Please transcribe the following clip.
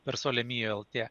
per sole mio lt